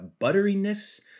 butteriness